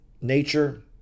nature